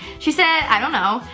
she said i don't know.